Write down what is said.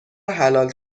حلال